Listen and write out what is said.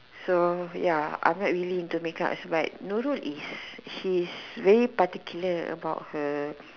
so ya I'm not really into makeup but Nurul is she's very particular about her